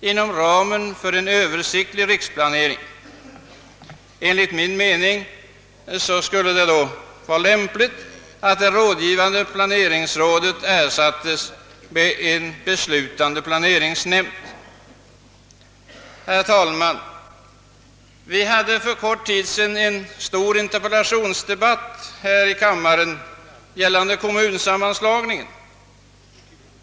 inom ramen för en översiktlig riksplanering. Enligt min mening är det lämpligt att det rådgivande planeringsrådet ersätts med en beslutande planeringsnämnd. Herr talman! Vi hade för kort tid sedan en stor interpellationsdebatt här i kammaren om kommunsammanslagningen.